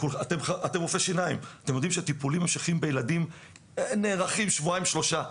אתם יודעים שטיפולים המשכיים בילדים נערכים שבועיים-שלושה.